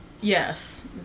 Yes